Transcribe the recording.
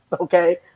Okay